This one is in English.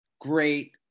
great